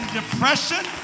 depression